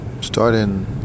starting